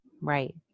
Right